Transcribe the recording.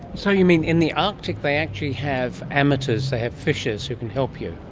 so you mean in the arctic they actually have amateurs, they have fishers who can help you?